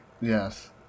Yes